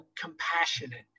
compassionate